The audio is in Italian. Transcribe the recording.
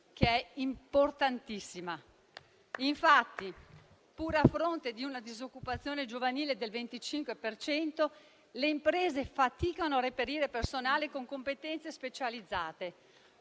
che è importantissima. (*Applausi*). Infatti, pure a fronte di una disoccupazione giovanile del 25 per cento, le imprese faticano a reperire personale con competenze specializzate.